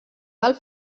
del